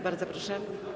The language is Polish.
Bardzo proszę.